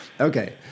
Okay